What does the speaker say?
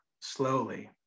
slowly